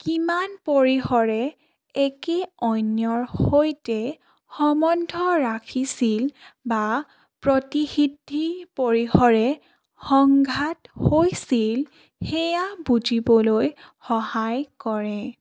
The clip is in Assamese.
কিমান পৰিসৰে একে অন্যৰ সৈতে সম্বন্ধ ৰাখিছিল বা প্ৰতিসিদ্ধি পৰিসৰে সংঘাত হৈছিল সেয়া বুজিবলৈ সহায় কৰে